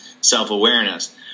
self-awareness